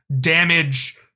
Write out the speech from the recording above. damage